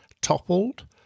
toppled